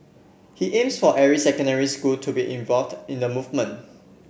he aims for every secondary school to be involved in the movement